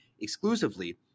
exclusively